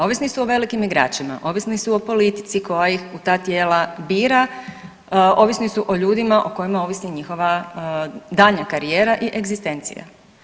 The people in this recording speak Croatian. Ovisni su o velikim igračima, ovisni su o politici koja ih u ta tijela bira, ovisni su o ljudima o kojima ovisi njihova daljnja karijera i egzistencija.